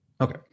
Okay